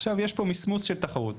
עכשיו יש פה מיסמוס של תחרות.